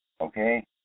Okay